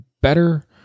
better